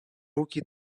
руки